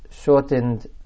shortened